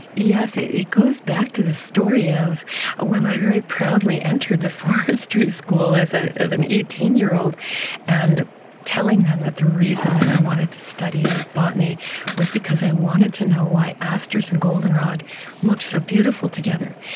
yes, it it goes back to the story of ah when i very proudly entered the forestry school as ah as an eighteen year old and telling them that the reason that i wanted to study botany was because i wanted to know why asters and goldenrod looked so beautiful together.